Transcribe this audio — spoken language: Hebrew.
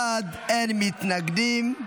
18 בעד, אין מתנגדים.